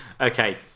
okay